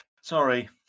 Sorry